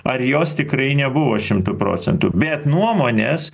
ar jos tikrai nebuvo šimtu procentų bet nuomonės